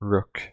Rook